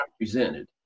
represented